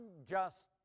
unjust